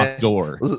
door